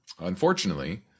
unfortunately